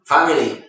Family